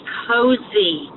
cozy